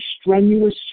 strenuous